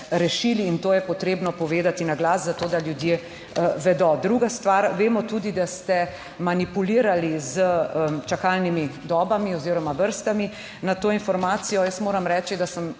in to je potrebno povedati na glas za to, da ljudje vedo. Druga stvar, vemo tudi, da ste manipulirali s čakalnimi dobami oziroma vrstami. Na to informacijo jaz moram reči, da sem